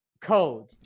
code